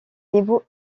niveau